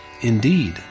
indeed